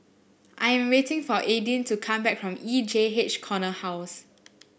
I am waiting for Aydin to come back from E J H Corner House